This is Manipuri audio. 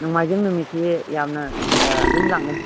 ꯅꯣꯡꯃꯥꯏꯖꯤꯡ ꯅꯨꯃꯤꯠꯁꯦ ꯌꯥꯝꯅ ꯑꯗꯨꯝ ꯂꯥꯛꯅꯩ